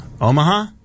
Omaha